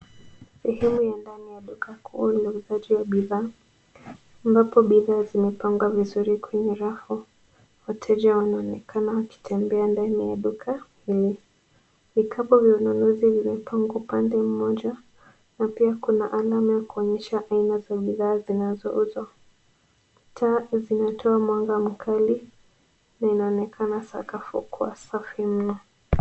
Sehemu ya ndani ya dukakuu yenye uuzaji wa bidhaa, ambapo bidhaa zimepangwa vizuri kwenye rafu. Wateja wanaonekana wakitembea ndani ya duka hili. Bidhaa za ununuzi zimepangwa upande mmoja na pia kuna alama ya kuonyesha aina ya bidhaa zinazouzwa. Taa zinatoa mwanga mkali na sakafu inaonekana kuwa Safi mno.